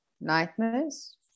nightmares